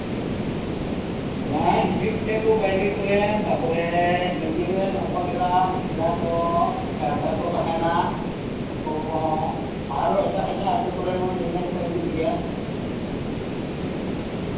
ᱵᱟᱝ ᱦᱤᱡᱩᱜ ᱜᱮᱭᱟᱠᱚ ᱵᱟᱭᱨᱮ ᱠᱚᱨᱮᱱ ᱛᱟᱨᱯᱚᱨᱮ ᱱᱤᱡᱮ ᱨᱮᱱ ᱦᱚᱯᱚᱱ ᱮᱨᱟ ᱢᱤᱥᱨᱟ ᱠᱚ ᱱᱮᱶᱛᱟ ᱠᱚ ᱛᱟᱦᱮᱸᱱᱟ ᱩᱱᱠᱩ ᱠᱚᱦᱚᱸ ᱟᱨᱦᱚᱸ ᱮᱴᱟᱜ ᱮᱴᱟᱜ ᱟᱹᱛᱩ ᱠᱚᱨᱮᱱ ᱦᱚᱸ ᱧᱮᱧᱮᱞ ᱠᱚ ᱦᱤᱡᱩᱜ ᱜᱮᱭᱟ